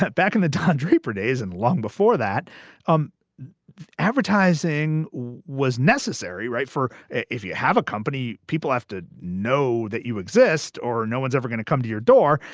back in the draper days and long before that um advertising was necessary. right. for if you have a company. people have to know that you exist or no one's ever gonna come to your door.